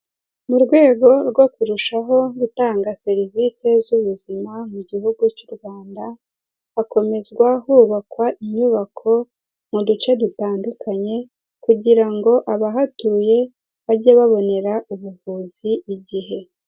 Mu rwego rwo kurushaho gutanga serivisi z'ubuzima mu Gihugu cy' u Rwanda, hakomezwa hubakwa inyubako mu duce dutandukanye, kugira ngo abahatuye bajye babonera ubuvuzi igihe.